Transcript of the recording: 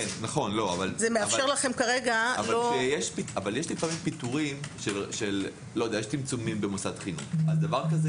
כשיש צמצומים במוסד חינוך,